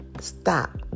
stop